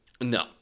No